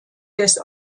des